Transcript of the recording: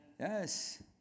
Yes